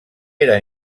eren